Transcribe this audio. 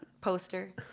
poster